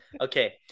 Okay